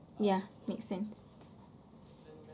ya make sense